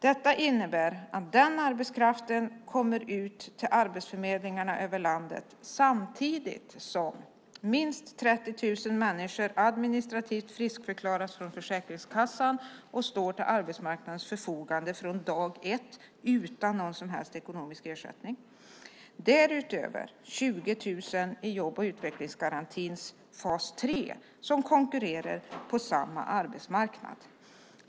Detta innebär att den arbetskraften kommer ut till arbetsförmedlingarna över landet samtidigt som minst 30 000 människor administrativt friskförklaras från Försäkringskassan och står till arbetsmarknadens förfogande från dag ett, utan någon som helst ekonomisk ersättning. Därutöver har vi 20 000 i jobb och utvecklingsgarantins fas tre som konkurrerar på samma arbetsmarknad.